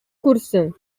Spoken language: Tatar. күрсен